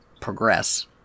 progress